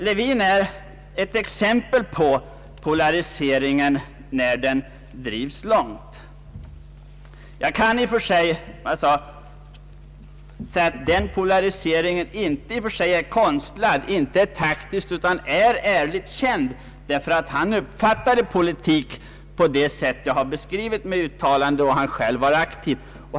Lewin är ett exempel på polariseringen, när den drivs långt. Som jag sade, är polariseringen hos Lewin nog inte konstlad, den är inte taktisk utan ärligt känd, därför att han uppfattade politik på det sätt som jag har beskrivit med uttalanden från den tid då han själv var aktiv.